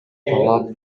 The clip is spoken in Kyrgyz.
талап